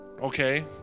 okay